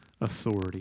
authority